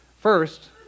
First